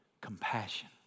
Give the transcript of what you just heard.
compassion